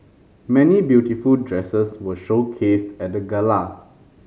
many beautiful dresses were showcased at the gala